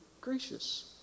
gracious